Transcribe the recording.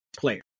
player